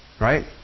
right